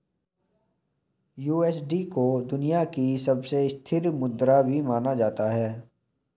USD को दुनिया की सबसे स्थिर मुद्रा भी माना जाता है